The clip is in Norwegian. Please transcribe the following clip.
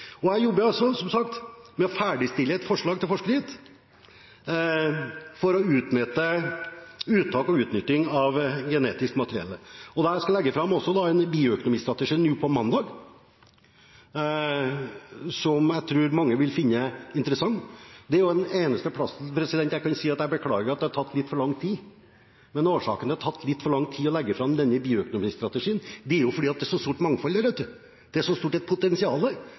mandag, som jeg tror mange vil finne interessant. Det er det eneste punktet der jeg kan si at jeg beklager at det har tatt litt for lang tid. Årsaken til at det har tatt litt for lang tid å legge fram denne bioøkonomistrategien, er at det er så stort mangfold der ute. Det er et så stort